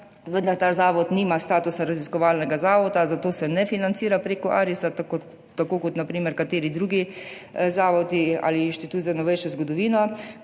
vendar ta zavod nima statusa raziskovalnega zavoda, zato se ne financira prek Arisa, tako kot na primer kateri drugi zavodi ali Inštitut za novejšo zgodovino.